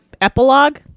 epilogue